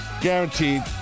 Guaranteed